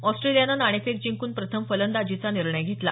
ऑस्ट्रेलियानं नाणेफेक जिंकून प्रथम फलंदाजीचा निर्णय घेतला